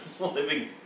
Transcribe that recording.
Living